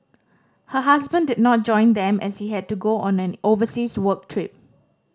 her husband did not join them as he had to go on an overseas work trip